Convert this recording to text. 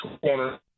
Corner